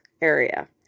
area